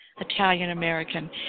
Italian-American